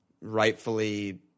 rightfully